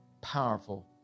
powerful